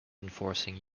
enforcing